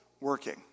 working